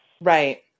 Right